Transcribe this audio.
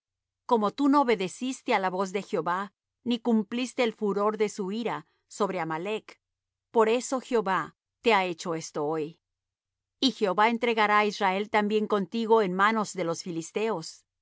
como tú no obedeciste á la voz de jehová ni cumpliste el furor de su ira sobre amalec por eso jehová te ha hecho esto hoy y jehová entregará á israel también contigo en manos de los filisteos y